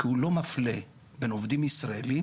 כי הוא לא מפלה בין עובדים ישראלים,